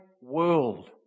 world